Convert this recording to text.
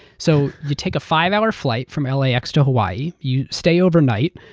so you take a five-hour flight from lax to hawaii. you stay overnight.